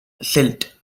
silt